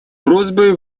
просьбой